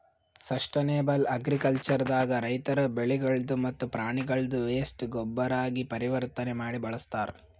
sustainable agriculture ದಾಗ ರೈತರ್ ಬೆಳಿಗಳ್ದ್ ಮತ್ತ್ ಪ್ರಾಣಿಗಳ್ದ್ ವೇಸ್ಟ್ ಗೊಬ್ಬರಾಗಿ ಪರಿವರ್ತನೆ ಮಾಡಿ ಬಳಸ್ತಾರ್